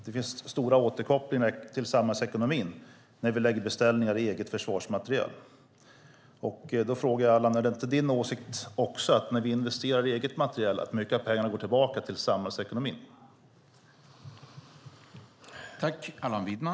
Det finns stora återkopplingar till samhällsekonomin när vi lägger beställningar i egen försvarsmateriel. Då frågar jag Allan: Är det inte din åsikt också att när vi investerar i egen materiel går mycket av pengarna tillbaka till samhällsekonomin?